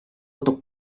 untuk